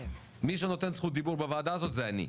מי שנותן זכות דיבור בוועדה הזאת זה אני.